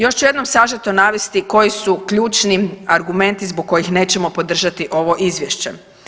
Još ću jednom sažeto navesti koji su ključni argumenti zbog kojih nećemo podržati ovo izvješće.